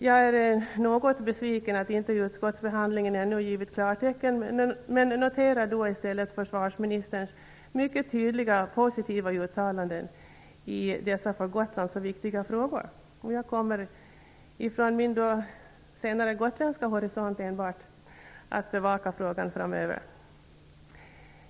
Jag är något besviken över att utskottet inte ännu givit klartecken, men jag noterar då i stället försvarsministerns mycket tydliga positiva uttalanden i dessa för Gotland så viktiga frågor. Jag kommer att bevaka frågan framöver från min gotländska horisont.